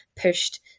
pushed